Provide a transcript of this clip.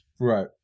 Right